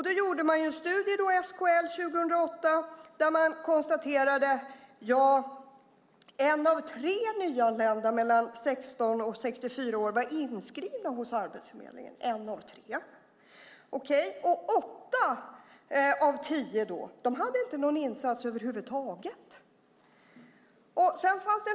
I SKL-studien 2008 konstateras att en av tre nyanlända i åldern 16-64 år var inskriven hos Arbetsförmedlingen - okej. Men åtta av tio fick över huvud taget ingen insats.